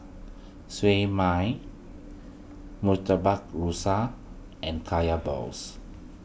Siew Mai Murtabak Rusa and Kaya Balls